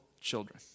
children